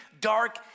dark